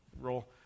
roll